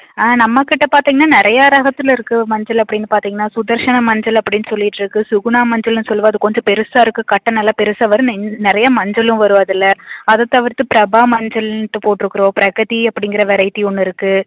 ஆ நம்மகிட்ட பார்த்தீங்கன்னா நிறையா ரகத்தில் இருக்குது மஞ்சள் அப்படின்னு பார்த்தீங்கன்னா சுதர்ஷன மஞ்சள் அப்படின்னு சொல்லிட்ருக்கு சுகுணா மஞ்சள்ன்னு சொல்லுவோம் அது கொஞ்சம் பெருசாக இருக்குது கட்ட நல்ல பெருசாக வரும் நெ நிறைய மஞ்சளும் வரும் அதில்ல அதை தவிர்த்து பிரபா மஞ்சள்ன்னுட்டு போட்டிருக்குறோம் பிரகதி அப்படிங்கிற வெரைட்டி ஒன்று இருக்குது